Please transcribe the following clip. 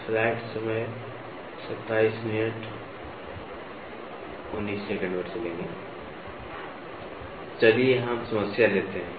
तो चलिए यहां समस्या लेते हैं